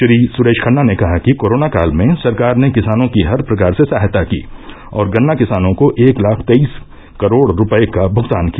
श्री सरेश खन्ना ने कहा कि कोरोना काल में सरकार ने किसानों की हर प्रकार से सहायता की और गन्ना किसानों को एक लाख तेईस करोड़ रूपये का भुगतान किया